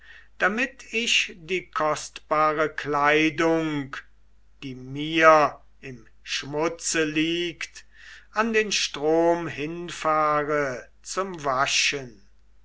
damit ich die kostbare kleidung die mir im schmutze liegt an den strom hinfahre zum waschen